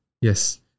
Yes